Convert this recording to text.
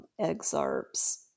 excerpts